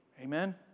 Amen